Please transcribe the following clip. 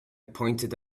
pointed